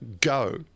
go